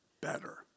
better